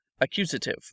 accusative